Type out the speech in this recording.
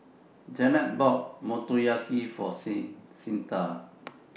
Jannette bought Motoyaki For Cyntha